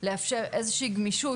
לאפשר איזה שהיא גמישות,